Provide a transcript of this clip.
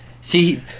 see